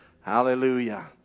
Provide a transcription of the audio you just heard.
Hallelujah